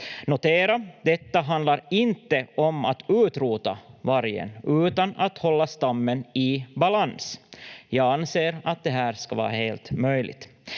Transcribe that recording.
Notera: detta handlar inte om att utrota vargen, utan om att hålla stammen i balans. Jag anser att det här ska vara helt möjligt.